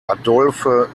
adolphe